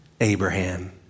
Abraham